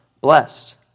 blessed